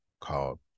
called